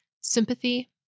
Sympathy